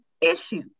issue